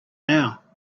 now